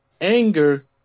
anger